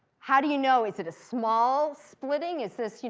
how do you know? is it a small splitting? is this, you